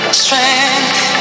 strength